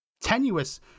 tenuous